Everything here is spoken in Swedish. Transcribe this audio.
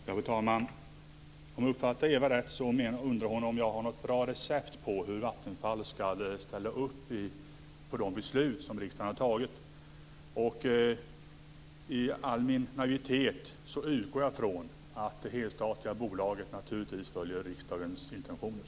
Fru talman! Om jag uppfattar Eva Goës rätt så undrar hon om jag har något bra recept på hur Vattenfall skall ställa upp på de beslut som riksdagen har fattat. I all min naivitet utgår jag från att det helstatliga bolaget naturligtvis följer riksdagens intentioner.